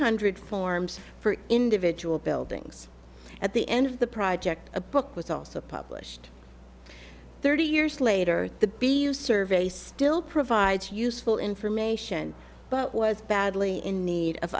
hundred forms for individual buildings at the end of the project a book was also published thirty years later the below survey still provides useful information but was badly in need of